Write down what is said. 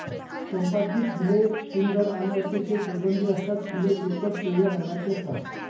चंपाची फुले सुंदर आणि अतिशय सुगंधी असतात फुले फिकट पिवळ्या रंगाची असतात